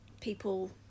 people